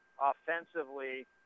Offensively